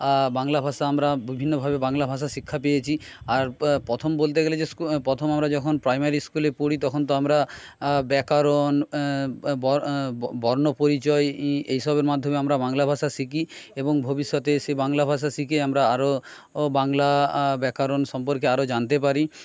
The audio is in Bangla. বাংলা ভাষা আমরা বিভিন্নভাবে বাংলা ভাষা শিক্ষা পেয়েছি আর প্রথম বলতে গেলে যে স্কুল প্রথম আমরা যখন প্রাইমারি স্কুলে পড়ি তখন তো আমরা ব্যাকরণ বর্ণ পরিচয় এইসবের মাধ্যমে আমরা বাংলা ভাষা শিখি এবং ভবিষ্যতে সেই বাংলা ভাষা শিখে আমরা আরও বাংলা ব্যাকরণ সম্পর্কে আরও জানতে পারি